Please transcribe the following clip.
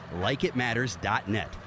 LikeItMatters.net